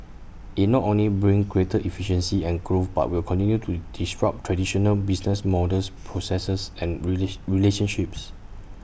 IT not only brings greater efficiency and growth but will continue to disrupt traditional business models processes and relationships